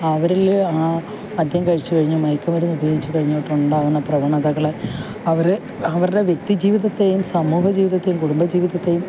അവരിൽ ആ മദ്യം കഴിച്ചു കഴിഞ്ഞു മയക്കുമരുന്ന് ഉപയോഗിച്ച് കഴിഞ്ഞിട്ടുണ്ടാവുന്ന പ്രവണതകളെ അവർ അവരുടെ വ്യക്തി ജീവിതത്തെയും സമൂഹ ജീവിതത്തെയും കുടുബ ജീവിതത്തെയും